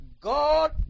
God